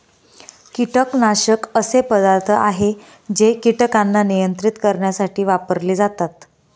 कीटकनाशक असे पदार्थ आहे जे कीटकांना नियंत्रित करण्यासाठी वापरले जातात